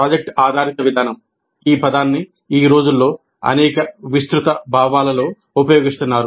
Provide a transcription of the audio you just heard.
project ఆధారిత విధానం ఈ పదాన్ని ఈ రోజుల్లో అనేక విస్తృత భావాలలో ఉపయోగిస్తున్నారు